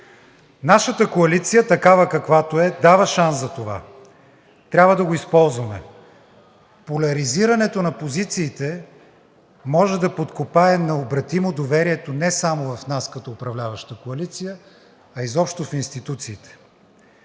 Нашата коалиция такава, каквато е, дава шанс, затова трябва да го използваме. Поляризирането на позициите може да подкопае необратимо доверието не само в нас като управляваща коалиция, а изобщо в институциите.